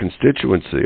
constituency